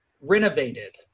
renovated